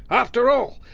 after all,